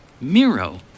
Miro